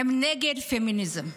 הן נגד פמיניזם.